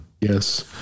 yes